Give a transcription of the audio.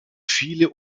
viele